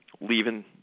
leaving